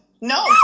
No